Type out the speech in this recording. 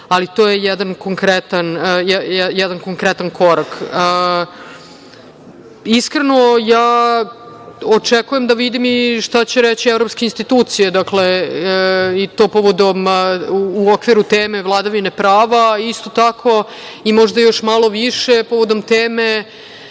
ali to je jedan konkretan korak. Iskreno, ja očekujem da vidim šta će reći i evropske institucije, i to u okviru teme vladavine prava, a isto tako, možda i malo više povodom teme,